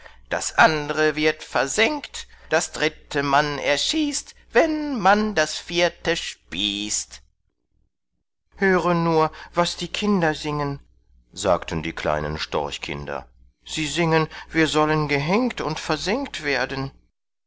das andre wird versengt das dritte man erschießt wenn man das vierte spießt höre nur was die kinder singen sagten die kleinen storchkinder sie singen wir sollen gehängt und versengt werden